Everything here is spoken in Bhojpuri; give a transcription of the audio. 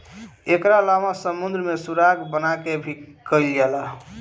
एकरा अलावा समुंद्र में सुरंग बना के भी कईल जाला